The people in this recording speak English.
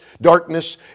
darkness